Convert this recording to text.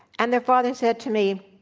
and their father said to me,